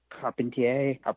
Carpentier